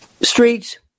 streets